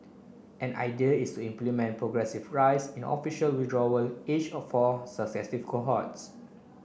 an idea is to implement progressive rise in official withdrawal age of all successive cohorts